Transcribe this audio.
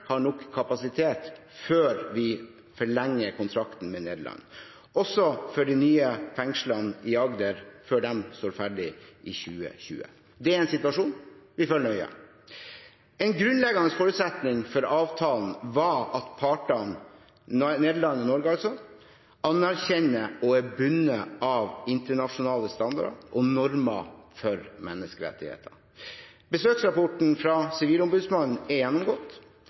har nok kapasitet, før vi forlenger kontrakten med Nederland, og før de nye fengslene i Agder står ferdig i 2020. Det er en situasjon vi følger nøye. En grunnleggende forutsetning for avtalen var at partene – Nederland og Norge – anerkjenner og er bundet av internasjonale standarder og normer for menneskerettigheter. Besøksrapporten fra Sivilombudsmannen er gjennomgått